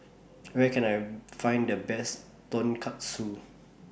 Where Can I Find The Best Tonkatsu